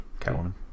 Catwoman